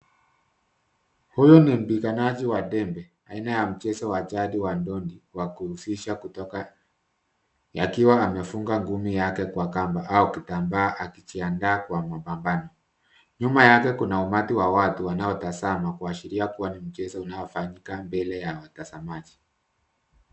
Huyo ni mpiganaji wa dembe, aina ya mchezo wa chadi wa ndondi, wakuhusisha kutoka yakiwa amefunga ngumi yake kwa kamba au kitambaa akijianda kwa mapambano. Nyuma yake kuna umati wa watu wanao tazama kuashiria kuwa ni mchezo unaofanyika mbele ya watazamaji.